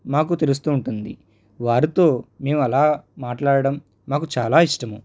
మాకు తెలుస్తూ ఉంటుంది వారితో మేము అలా మాట్లాడం మాకు చాలా ఇష్టము